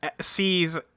sees